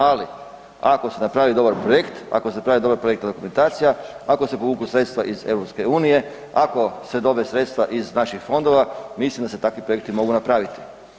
Ali, ako se napravi dobar projekt, ako se napravi dobra projektna dokumentacija, ako se povuku sredstva iz EU, ako se dobe sredstva iz naših fondova, mislim da se takvi projekti mogu napraviti.